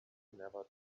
never